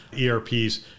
ERPs